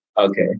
Okay